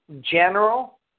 general